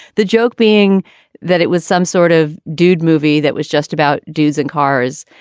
the joke being that it was some sort of dude movie that was just about dudes and cars.